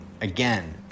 again